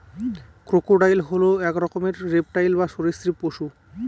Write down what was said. crocodile হল এক রকমের রেপ্টাইল বা সরীসৃপ পশু